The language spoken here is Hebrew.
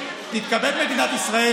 ומדינת ישראל